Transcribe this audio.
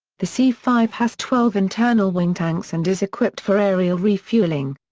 the c five has twelve internal wing tanks and is equipped for aerial refueling.